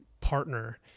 partner